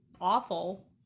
awful